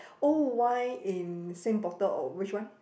old wine in same bottle or which one